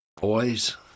Boys